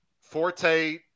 Forte